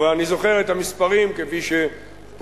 אבל אני זוכר את המספרים כפי שפורסמו